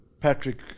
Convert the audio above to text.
Patrick